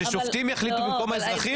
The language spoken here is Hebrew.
את רוצה ששופטים יחליטו במקום האזרחים?